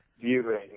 viewing